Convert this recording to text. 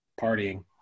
partying